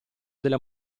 della